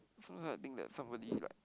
sometimes I think that somebody like